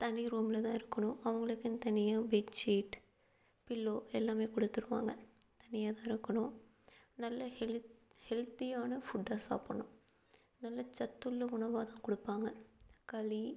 தனி ரூமில் தான் இருக்கணும் அவங்களுக்குனு தனியாக பெட்சீட் பில்லோ எல்லாமே குடுத்துடுவாங்க தனியாக தான் இருக்கணும் நல்ல ஹெல்த் ஹெல்த்தியான ஃபுட்டாக சாப்புடணும் நல்ல சத்துள்ள உணவாக தான் கொடுப்பாங்க களி